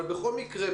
אבל בכל מקרה,